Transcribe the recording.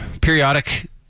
periodic